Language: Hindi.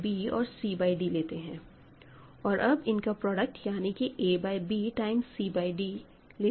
यहां भी डिनोमिनेटर पहले की तरह ही bd प्राप्त हुआ है जो कि 3 से डिविसिब्ल नहीं है और कॉमन फैक्टर्स कैंसिल करने के बाद भी डिनोमिनेटर 3 से डिविसिब्ल नहीं है